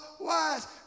wise